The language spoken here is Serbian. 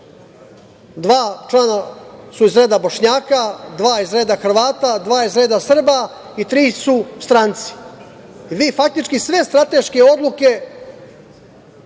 Dva člana su iz reda Bošnjaka, dva iz reda Hrvata, dva iz reda Srba i tri su stranci. Vi faktički sve strateške odluke